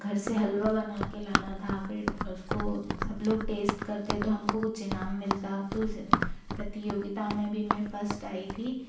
घर से हलवा बना कर लाना था फिर उसको सब लोग टेस्ट करते तो हमको कुछ इनाम मिलता है तो उस प्रतियोगिता में भी मैं फस्ट आई थी